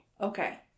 Okay